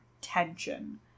tension